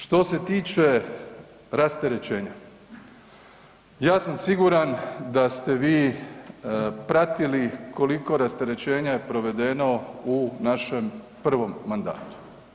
Što se tiče rasterećenja, ja sam siguran da ste vi pratili koliko je rasterećenja je provedeno u našem 1. mandatu.